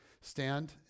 stand